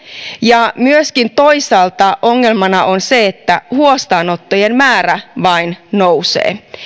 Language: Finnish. ja myöskin toisaalta ongelmana on se että huostaanottojen määrä vain nousee